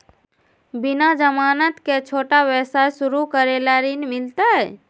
बिना जमानत के, छोटा व्यवसाय शुरू करे ला ऋण मिलतई?